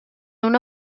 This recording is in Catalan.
una